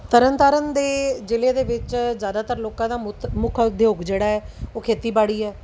ਤਰਨ ਤਾਰਨ ਦੇ ਜ਼ਿਲ੍ਹੇ ਦੇ ਵਿੱਚ ਜ਼ਿਆਦਾਤਰ ਲੋਕਾਂ ਦਾ ਮੁੱਤ ਮੁੱਖ ਉਦਯੋਗ ਜਿਹੜਾ ਹੈ ਉਹ ਖੇਤੀਬਾੜੀ ਹੈ